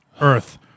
earth